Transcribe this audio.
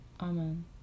Amen